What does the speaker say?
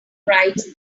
writes